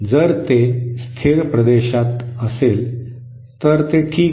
जर ते स्थिर प्रदेशात असेल तर ते ठीक आहे